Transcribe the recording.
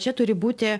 čia turi būti